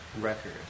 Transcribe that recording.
record